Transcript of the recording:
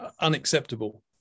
unacceptable